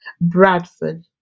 Bradford